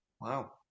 Wow